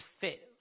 fit